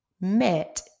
met